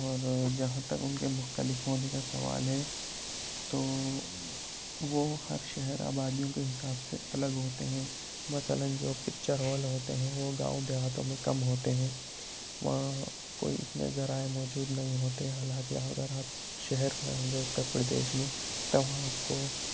اور جہاں تک ان کے مختلف ہونے کا سوال ہے تو وہ ہر شہر آبادیوں کے حساب سے الگ ہوتے ہیں مثلاً جو پکچر ہال ہوتے ہیں وہ گاؤں دیہاتوں میں کم ہوتے ہیں وہاں کوئی اتنے ذرائع موجود نہیں ہوتے حالاں کہ اگر آپ شہر میں ہیں جو اتر پردیش میں تب وہاں آپ کو